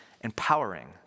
empowering